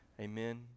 amen